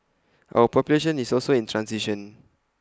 our population is also in transition